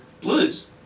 blues